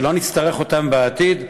שלא נצטרך אותם בעתיד.